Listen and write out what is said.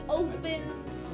opens